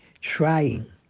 trying